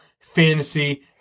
Fantasy